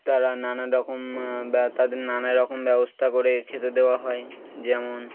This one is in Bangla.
তারা নানা রকম তাদের নানা রকম ব্যবস্থা করে খেতে দেওয়া হয় যেমন